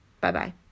Bye-bye